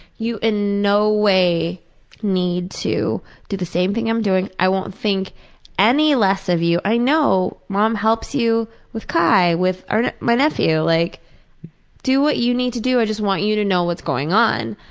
you in no way need to do the same thing i'm doing. i won't think any less of you. i know mom helps you with ky, with ah my nephew, like do what you need to do. i just want you to know what is going on.